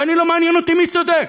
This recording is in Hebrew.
ואני, לא מעניין אותי מי צודק,